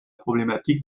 problématique